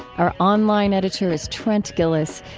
our online editor is trent gilliss.